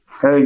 Hey